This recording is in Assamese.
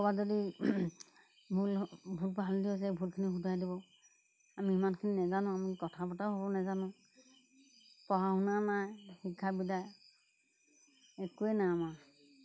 ক'ৰবাত যদি ভুল ভালটো আছে ভুলখিনি শুদ্ধৰাই দিব আমি সিমানখিনি নেজানো আমি কথা বতৰাও হ'ব নেজানো পঢ়া শুনা নাই শিক্ষা বিদ্যা একোৱেই নাই আমাৰ